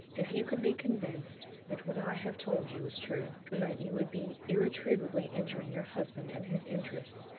if you could be convinced that what i have told you was true, and that you would be irretrievably injuring your husband and his interests,